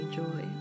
joy